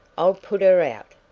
i'll put her out!